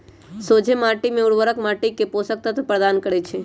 सोझें माटी में उर्वरक माटी के पोषक तत्व प्रदान करै छइ